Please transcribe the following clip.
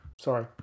Sorry